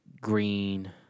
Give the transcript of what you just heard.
green